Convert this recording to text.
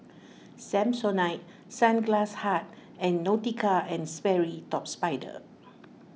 Samsonite Sunglass Hut and Nautica and Sperry Top Sider